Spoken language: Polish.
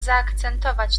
zaakcentować